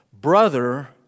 Brother